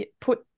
put